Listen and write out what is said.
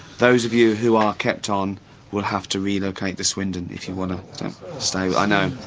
those of you who are kept on will have to relocate to swindon if you want to stay i know,